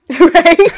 right